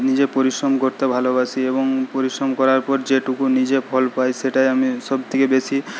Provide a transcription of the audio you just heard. নিজে পরিশ্রম করতে ভালোবাসি এবং পরিশ্রম করার পর যেটুকু নিজে ফল পাই সেটাই আমি সবথেকে বেশি